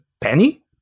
Penny